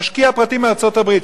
משקיע פרטי מארצות-הברית,